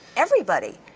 everybody.